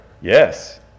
yes